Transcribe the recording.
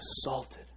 assaulted